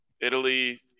italy